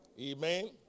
Amen